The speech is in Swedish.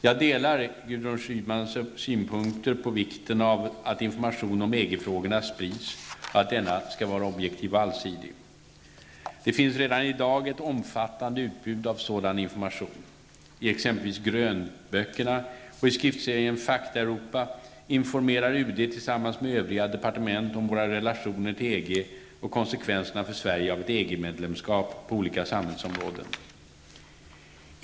Jag delar Gudrun Schymans synpunkter om vikten av att information om EG-frågorna sprids och att denna skall vara objektiv och allsidig. Det finns redan i dag ett omfattande utbud av sådan information. I exempelvis grönböckerna och i skriftserien Fakta Europa informerar UD tillsammans med övriga departement om våra relationer till EG och konsekvenserna för Sverige av ett EG-medlemskap på olika samhällsområden.